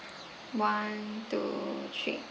one two three